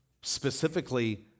specifically